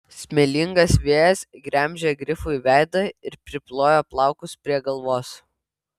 smėlingas vėjas gremžė grifui veidą ir priplojo plaukus prie galvos